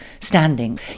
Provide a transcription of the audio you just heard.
standing